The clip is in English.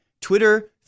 Twitter